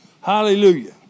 Hallelujah